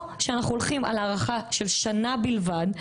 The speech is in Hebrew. שאנחנו הולכים על הארכה של שנה בלבד,